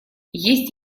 есть